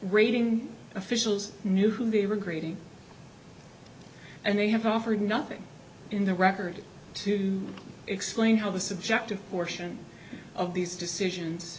rating officials knew who they were grading and they have offered nothing in the record to explain how the subjective portion of these decisions